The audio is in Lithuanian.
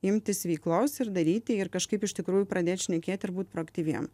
imtis veiklos ir daryti ir kažkaip iš tikrųjų pradėt šnekėt ir būt proaktyviem